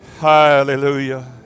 hallelujah